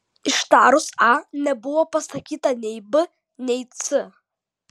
ištarus a nebuvo pasakyta nei b nei c